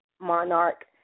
monarch